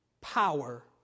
power